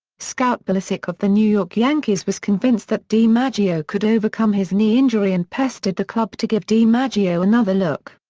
scout bill essick of the new york yankees was convinced that dimaggio could overcome his knee injury and pestered the club to give dimaggio another look.